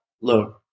Look